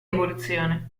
evoluzione